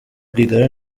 rwigara